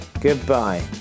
Goodbye